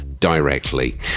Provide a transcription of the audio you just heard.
Directly